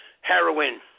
heroin